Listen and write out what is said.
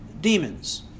demons